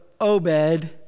Obed